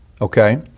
okay